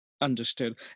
Understood